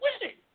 winning